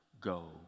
Go